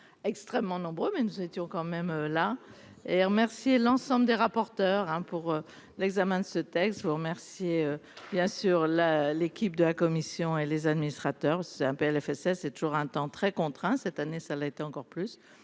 extrêmement nombreux, mais nous étions quand même là et remercier l'ensemble des rapporteurs pour. L'examen de ce texte, je vous remercie bien sûr la l'équipe de la Commission et les administrateurs c'est un PLFSS toujours un temps très contraint, cette année, ça l'a été encore plus